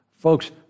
Folks